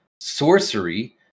sorcery